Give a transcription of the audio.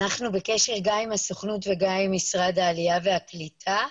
אנחנו בקשר גם עם הסוכנות וגם עם משרד העלייה והקליטה,